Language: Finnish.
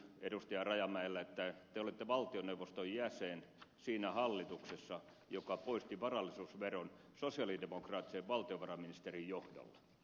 rajamäelle että te olitte valtioneuvoston jäsen siinä hallituksessa joka poisti varallisuusveron sosialidemokraattisen valtiovarainministerin johdolla